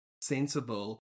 sensible